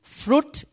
fruit